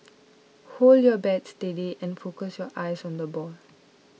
hold your bat steady and focus your eyes on the ball